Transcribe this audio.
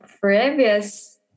previous